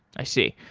i see.